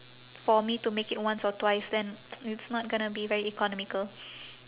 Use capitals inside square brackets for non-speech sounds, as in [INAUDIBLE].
for me to make it once or twice then [NOISE] it's not gonna be very economical